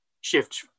shift